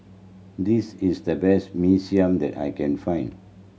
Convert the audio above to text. this is the best Mee Siam that I can find